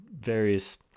various